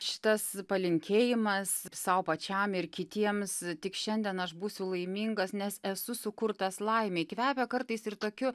šitas palinkėjimas sau pačiam ir kitiems tik šiandien aš būsiu laimingas nes esu sukurtas laimei kvepia kartais ir tokiu